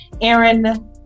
Aaron